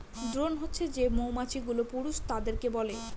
drone হছে যে মৌমাছি গুলো পুরুষ তাদেরকে বলে